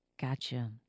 Gotcha